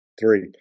three